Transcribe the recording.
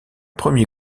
premier